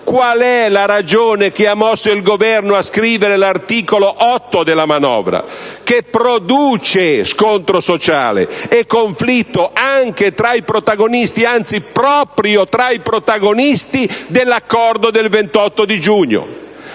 qual è la ragione che ha mosso il Governo a scrivere l'articolo 8 della manovra, che produce scontro sociale e conflitto anche tra i protagonisti, anzi proprio tra i protagonisti, dell'accordo del 28 giugno?